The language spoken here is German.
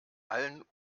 allen